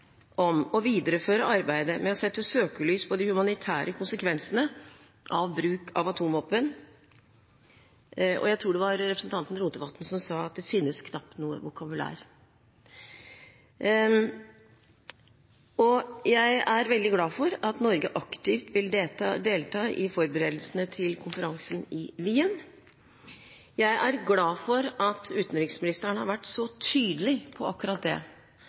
om å videreføre arbeidet med å sette søkelys på de humanitære konsekvensene av bruk av atomvåpen. Jeg tror det var representanten Rotevatn som sa at det finnes knapt noe vokabular. Jeg er veldig glad for at Norge aktivt vil delta i forberedelsene til konferansen i Wien. Jeg er glad for at utenriksministeren har vært så tydelig på akkurat det,